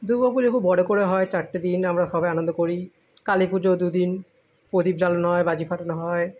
দুর্গা পুজো খুব বড় করে হয় চারটে দিন আমরা সবাই আনন্দ করি কালী পুজো দু দিন প্রদীপ জ্বালানো হয় বাজি ফাটানো হয়